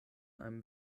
einem